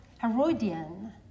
Herodian